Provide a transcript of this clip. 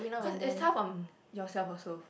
cause it's tough on yourself also